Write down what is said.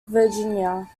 virginia